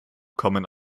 kommen